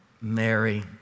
Mary